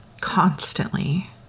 constantly